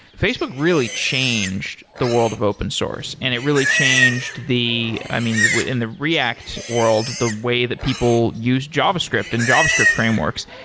facebook really changed the world of open source, and it really changed the i mean, in the react world, the way that people use javascript, and javascript frameworks.